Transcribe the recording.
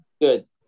Good